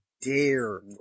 dare